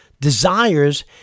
desires